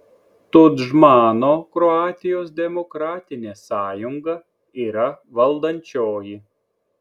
tudžmano kroatijos demokratinė sąjunga yra valdančioji